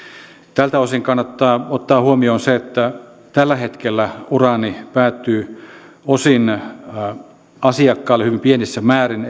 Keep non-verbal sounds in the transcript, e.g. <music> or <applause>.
tältä osin kannattaa ottaa huomioon se että tällä hetkellä uraani päätyy osin asiakkaalle hyvin pienissä määrin <unintelligible>